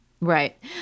right